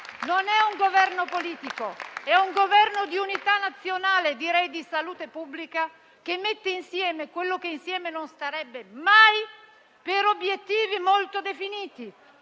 Non è un Governo politico, è un Governo di unità nazionale, direi di salute pubblica, che mette insieme quello che insieme non starebbe mai, per obiettivi molto definiti: